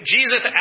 Jesus